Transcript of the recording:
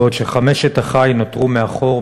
בעוד שחמשת אחי נותרו מאחור,